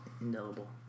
Indelible